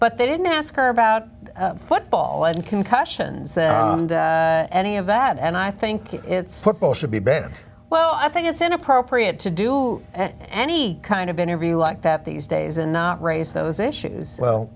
but they didn't ask her about football and concussions and any of that and i think you should be banned well i think it's inappropriate to do any kind of interview like that these days and not raise those issues well